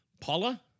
Paula